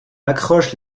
accroche